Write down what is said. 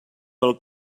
del